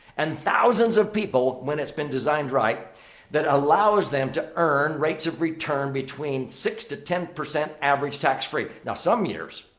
and thousands of people when it's been designed right that allows them to earn rates of return between six to ten percent average, tax-free. now, some years,